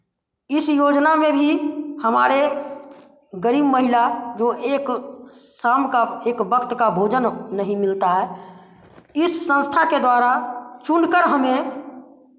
इस योजना में भी हमारे गरीब महिला जो एक शाम का एक वक्त का भोजन नहीं मिलता है इस संस्था के द्वारा चुनकर हमें